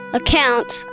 accounts